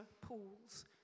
pools